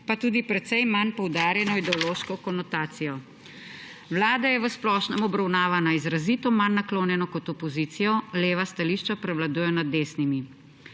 pa tudi precej manj poudarjeno ideološko konotacijo.« »Vlada je v splošnem obravnavana izrazito manj naklonjeno kot opozicija, leva stališča prevladujejo nad desnimi,